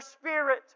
spirit